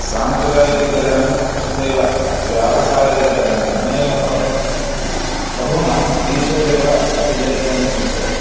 साम्प्रदायिकतरणं तथैव व्यावसायिकतरणम् अनयोः बहु न ईषदेव तुल्यत्वं वर्तते